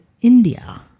India